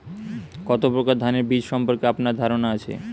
কত প্রকার ধানের বীজ সম্পর্কে আপনার ধারণা আছে?